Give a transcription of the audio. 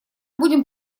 будем